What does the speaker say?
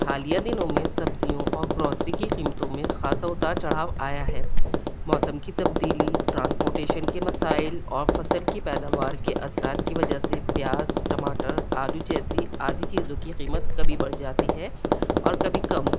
حالیہ دنوں میں سبزیوں اور گروسری کی قیمتوں میں خاصا اتار چڑھاؤ آیا ہے موسم کی تبدیلی ٹرانسپورٹیشن کے مسائل اور فصل کی پیداوار کے اثرات کی وجہ سے پیاز ٹماٹر آلو جیسی آدھی چیزوں کی قیمت کبھی بڑھ جاتی ہے اور کبھی کم